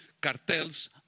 cartels